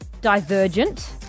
Divergent